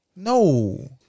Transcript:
No